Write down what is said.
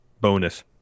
bonus